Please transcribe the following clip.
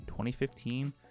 2015